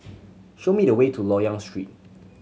show me the way to Loyang Street